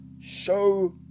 show